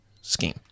scheme